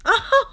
ha ha